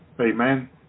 Amen